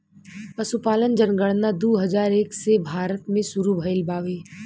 पसुपालन जनगणना दू हजार एक से भारत मे सुरु भइल बावे